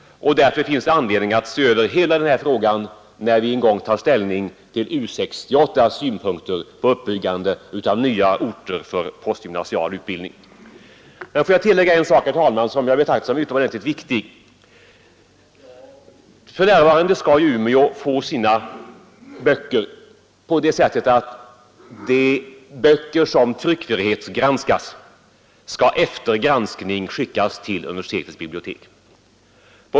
Därför finns det anledning att se över hela denna fråga, när vi en gång tar ställning till U 68:s förslag bl.a. om nya orter för postgymnasial utbildning. Jag ville tillägga en sak, herr talman, som jag anser utomordentligt viktig. För närvarande skall Umeå få sina böcker på det sättet att de böcker som tryckfrihetsgranskas efter granskningen skickas till Umeå universitetsbibliotek.